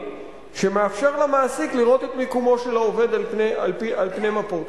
שמאפשר למעסיק לראות את מקומו של העובד על פני מפות.